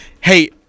Hey